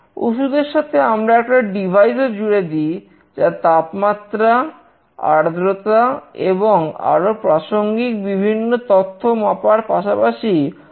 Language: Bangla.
ওষুধের সাথে আমরা একটা ডিভাইস ও জুড়ে দি যা তাপমাত্রা আর্দ্রতা এবং আরো প্রাসঙ্গিক বিভিন্ন তথ্য মাপার পাশাপাশি অবস্থানও নির্ণয় করতে পারবে